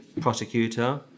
prosecutor